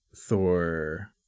Thor